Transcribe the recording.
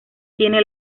tiene